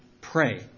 pray